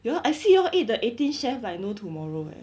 ya I see you all eat the eighteen chefs like no tomorrow eh